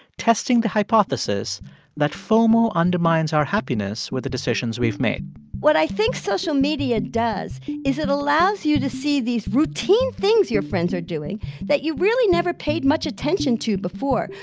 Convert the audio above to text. testing the hypothesis that fomo undermines our happiness with the decisions we've made what i think social media does is it allows you to see these routine things your friends are doing that you really never paid much attention to before,